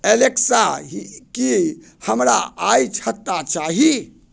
Alexa ही की हमरा आइ छत्ता चाही